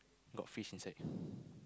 got fish inside